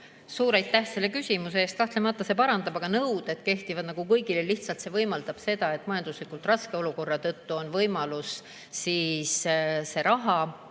Suur aitäh selle küsimuse eest! Kahtlemata see parandab, aga nõuded kehtivad kõigile, lihtsalt see võimaldab seda, et majanduslikult raske olukorra tõttu on võimalus see raha,